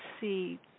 see